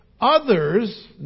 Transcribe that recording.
Others